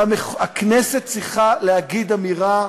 והכנסת צריכה להגיד אמירה,